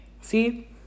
See